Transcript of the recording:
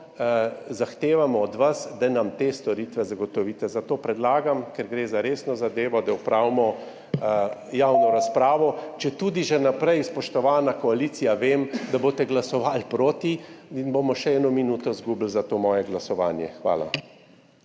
zahtevamo od vas, da nam te storitve zagotovite. Zato predlagam, ker gre za resno zadevo, da opravimo javno razpravo, četudi že vnaprej, spoštovana koalicija, vem, da boste glasovali proti in bomo še eno minuto izgubili za to moje glasovanje. Hvala.